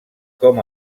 com